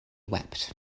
wept